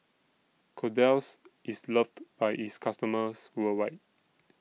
Kordel's IS loved By its customers worldwide